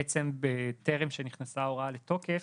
בעצם בטרם שנכנסה ההוראה לתוקף,